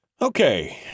Okay